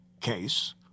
Case